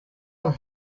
hano